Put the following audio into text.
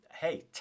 Hey